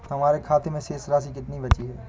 हमारे खाते में शेष राशि कितनी बची है?